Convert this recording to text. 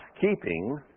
keeping